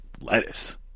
Lettuce